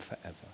forever